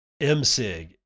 MSIG